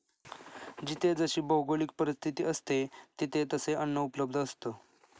जिथे जशी भौगोलिक परिस्थिती असते, तिथे तसे अन्न उपलब्ध असतं